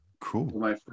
Cool